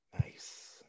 Nice